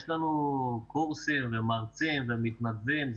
יש לנו קורסים ומרצים ומתנדבים,